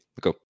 go